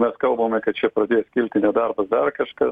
mes kalbame kad čia pradės kilti nedarbas dar kažkas